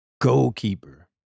goalkeeper